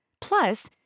Plus